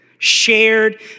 shared